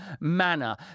manner